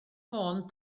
ffôn